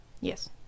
Yes